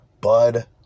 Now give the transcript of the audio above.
Bud